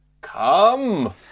Come